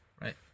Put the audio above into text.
right